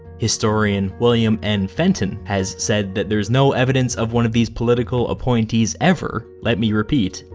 historian william n. fenton has said that there's no evidence of one of these political appointees ever, let me repeat,